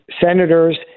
senators